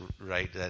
right